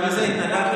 גם לזה התנגדתם,